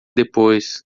depois